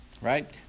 right